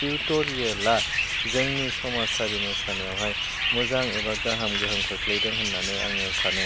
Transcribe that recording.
टिउथरियेला जोंनि समाजारि मोसानायावहाय मोजां एबा गाहाम गोहोम खोख्लैदों होननानै आङो सानो